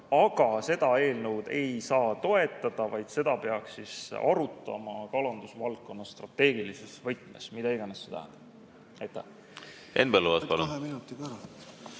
aga seda eelnõu ei saa toetada, vaid seda peaks arutama kalandusvaldkonna strateegilises võtmes, mida iganes see